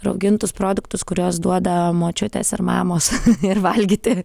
raugintus produktus kuriuos duoda močiutės ir mamos ir valgyti